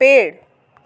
पेड़